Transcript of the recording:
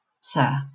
sir